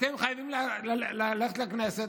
אתם חייבים ללכת לכנסת,